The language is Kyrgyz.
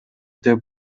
деп